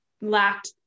lacked